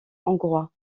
hongrois